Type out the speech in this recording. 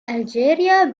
algeria